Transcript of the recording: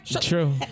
true